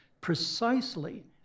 precisely